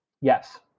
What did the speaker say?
Yes